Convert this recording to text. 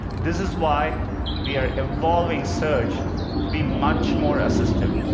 this is why we are evolving search to be much more assistive.